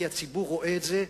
כי הציבור רואה את זה,